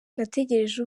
nategereje